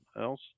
else